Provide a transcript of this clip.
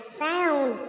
found